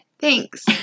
Thanks